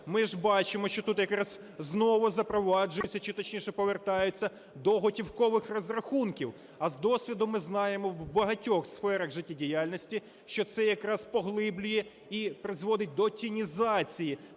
ми ж бачимо, що тут якраз знову запроваджуються чи, точніше, повертаються до готівкових розрахунків, а з досвіду, ми знаємо, в багатьох сферах життєдіяльності, що це якраз поглиблює і призводить до тінізації